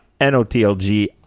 notlg